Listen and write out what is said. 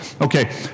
Okay